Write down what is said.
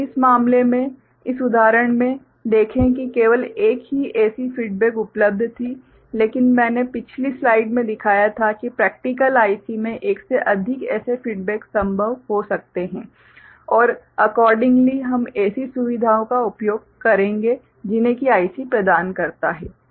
इस मामले में इस उदाहरण में देखें कि केवल एक ही ऐसी फीडबेक उपलब्ध थी लेकिन मैंने पिछली स्लाइड में दिखाया था कि प्रेक्टिकल IC में एक से अधिक ऐसे फीडबेक संभव हो सकते हैं और तदनुसार हम ऐसी सुविधाओं का उपयोग करेंगे जिन्हें कि IC प्रदान करता है ठीक है